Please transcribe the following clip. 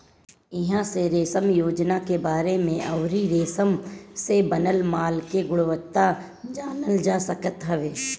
इहां से रेशम योजना के बारे में अउरी रेशम से बनल माल के गुणवत्ता जानल जा सकत हवे